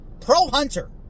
pro-hunter